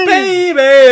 Baby